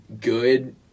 good